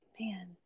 man